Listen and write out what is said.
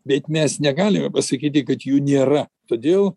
bet mes negalime pasakyti kad jų nėra todėl